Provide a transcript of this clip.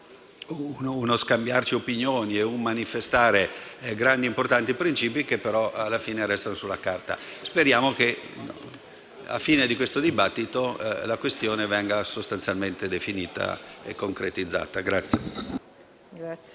uno scambiarci opinioni e manifestare grandi e importanti principi che però alla fine resteranno sulla carta. Speriamo che, alla fine di questo dibattito, la questione venga definita e concretizzata.